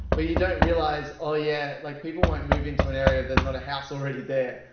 but you don't realize, oh yeah, like people won't move into an area if there's not a house already there.